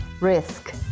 risk